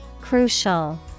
Crucial